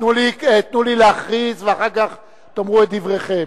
תנו לי להכריז, ואחר כך תאמרו את דבריכם.